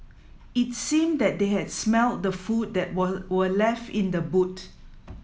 it seemed that they had smelt the food that were were left in the boot